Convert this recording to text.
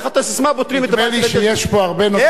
תן פתרון להתיישבות,